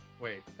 wait